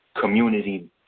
community